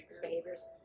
behaviors